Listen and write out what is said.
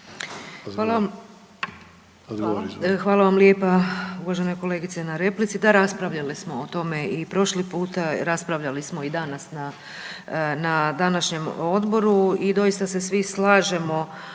Hvala vam lijepa uvažena kolegice na replici. Da, raspravljali smo o tome i prošli puta, raspravljali smo i danas na današnjem odboru i doista se svi slažemo